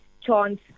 chance